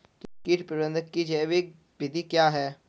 कीट प्रबंधक की जैविक विधि क्या है?